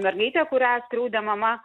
mergaitė kurią skriaudė mama